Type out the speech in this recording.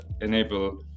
enable